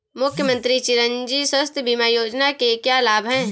मुख्यमंत्री चिरंजी स्वास्थ्य बीमा योजना के क्या लाभ हैं?